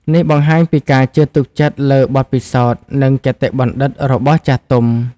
នេះបង្ហាញពីការជឿទុកចិត្តលើបទពិសោធន៍ និងគតិបណ្ឌិតរបស់ចាស់ទុំ។